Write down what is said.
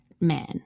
man